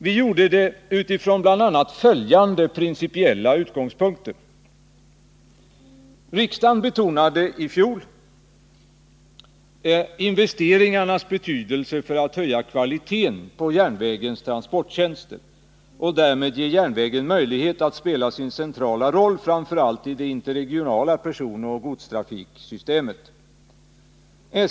Vi gjorde det med bl.a. följande principiella utgångspunkter: Riksdagen betonade i fjol investeringarnas betydelse för att höja kvaliteten på järnvägens transporttjänster och därmed ge järnvägen möjlighet att spela sin centrala roll framför allt i det interregionala personoch godstrafiksystemet.